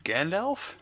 Gandalf